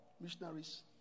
missionaries